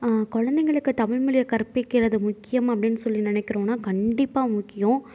குழந்தைங்களுக்கு தமிழ் மொழியை கற்பிக்கிறது முக்கியம் அப்படினு சொல்லி நினைக்கிறோனால் கண்டிப்பாக முக்கியம்